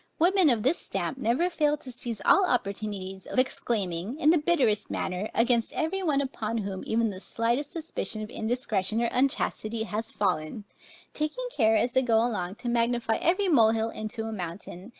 women of this stamp never fail to seize all opportunities of exclaiming, in the bitterest manner, against every one upon whom even the slightest suspicion of indiscretion or unchastity has fallen taking care, as they go along, to magnify every mole-hill into a mountain,